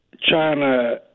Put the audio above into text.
China